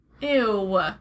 Ew